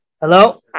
Hello